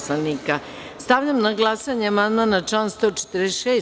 Stavljam na glasanje amandman na član 146.